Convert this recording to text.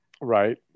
right